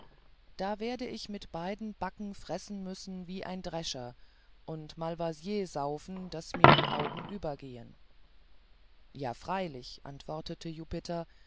da werde ich mit beiden backen fressen müssen wie ein drescher und malvasier saufen daß mir die augen übergehen ja freilich antwortete